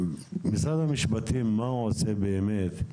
משרד המשפטים מה הוא עושה באמת על